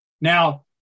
Now